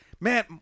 man